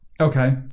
Okay